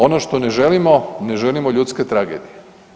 Ono što ne želimo, ne želimo ljudske tragedije.